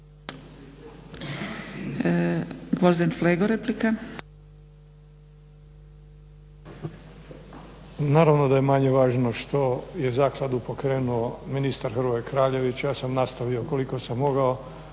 Gvozden Srećko (SDP)** Naravno da je manje važno što je zakladu pokrenuo ministar Hrvoje Kraljević, ja sam nastavio koliko sam mogao,